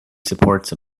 supports